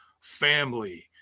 family